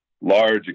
large